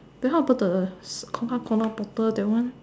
then how about the Coca-Cola bottle that one